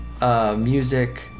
Music